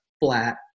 flat